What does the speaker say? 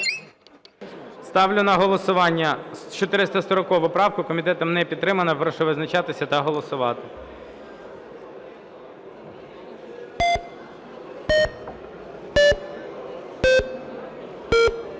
Ставлю на голосування 440 правку. Комітетом не підтримана. Прошу визначатися та голосувати. 10:12:44